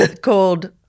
called